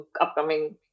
upcoming